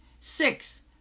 Six